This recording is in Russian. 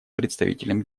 представителем